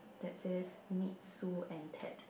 that says meet Sue and Ted